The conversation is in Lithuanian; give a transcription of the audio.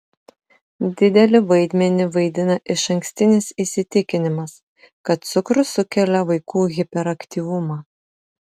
didelį vaidmenį vaidina išankstinis įsitikinimas kad cukrus sukelia vaikų hiperaktyvumą